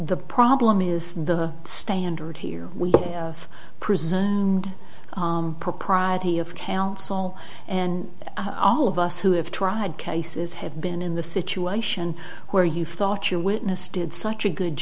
the problem is the standard here we have prison propriety of counsel and all of us who have tried cases have been in the situation where you thought your witness did such a good